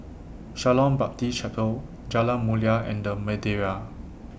Shalom Baptist Chapel Jalan Mulia and The Madeira